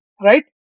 right